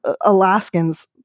Alaskans